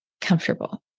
comfortable